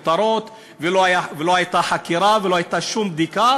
לכותרות ולא הייתה חקירה ולא הייתה שום בדיקה,